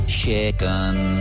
shaken